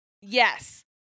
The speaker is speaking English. Yes